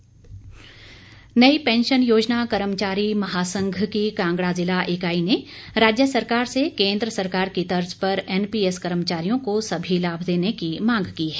pension नई pension योजना कर्मचारी महासंघ की कांगड़ा ज़िला इकाई ने राज्य सरकार से केंद्र सरकार की तर्ज पर एनपीएस कर्मचारियों को सभी लाभ देने की मांग की है